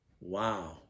Wow